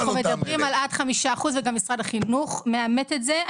אנחנו מדברים על עד 5% וגם משרד החינוך מאמת את זה.